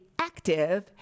active